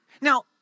Now